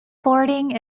boarding